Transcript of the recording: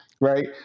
right